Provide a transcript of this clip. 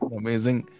amazing